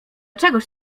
czegoś